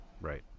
right